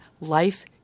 Life